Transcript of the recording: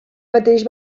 mateix